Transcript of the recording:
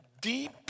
deep